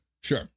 Sure